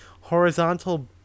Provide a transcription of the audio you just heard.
horizontal